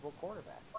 quarterback